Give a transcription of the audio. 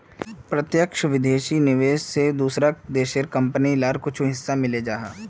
प्रत्यक्ष विदेशी निवेश से दूसरा देशेर कंपनी लार कुछु हिस्सा मिले जाहा